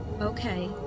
Okay